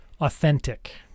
authentic